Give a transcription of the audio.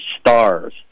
stars